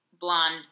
blonde